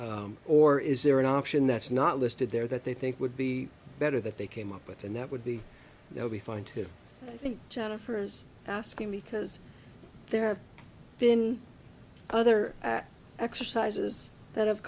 know or is there an option that's not listed there that they think would be better that they came up with and that would be they'll be fine too i think jennifer's asking because there have been other exercises that have